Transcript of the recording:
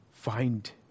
find